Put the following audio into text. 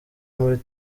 muri